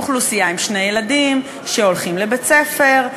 אוכלוסייה עם שני ילדים שהולכים לבית-ספר.